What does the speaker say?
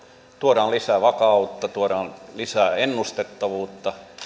tuodaan lisää vakautta tuodaan lisää ennustettavuutta